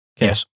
Yes